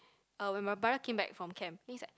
uh when my brother came back from camp then he's like